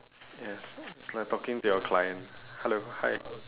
yes it's like talking to your client hello hi